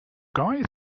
guy